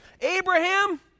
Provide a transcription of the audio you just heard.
Abraham